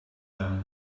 them